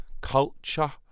culture